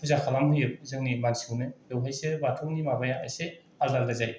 फुजा खालाम होयो जोंनि मानसिखौनो बेवहायसो बाथौनि माबाया एसे आलदा आलदा जायो